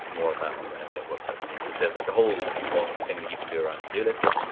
more of that on the nebula workflow thingy. cause there's like a whole long thing that you can do around to do lists.